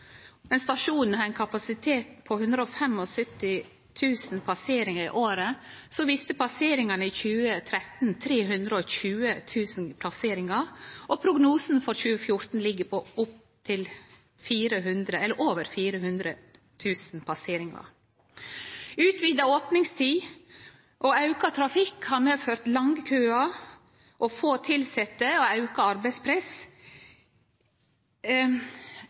har ein kapasitet på 175 000 passeringar i året, viste tala i 2013 320 000 passeringar, og prognosen for 2014 ligg på over 400 000 passeringar. Utvida opningstid og auka trafikk har medført lange køar, få tilsette, auka arbeidspress,